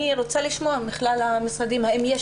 אני רוצה לשמוע מכלל המשרדים האם יש